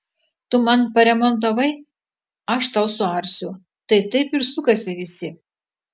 tu man paremontavai aš tau suarsiu tai taip ir sukasi visi